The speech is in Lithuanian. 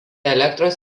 elektros